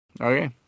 Okay